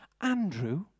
Andrew